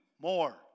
more